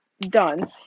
done